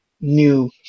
new